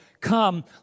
Come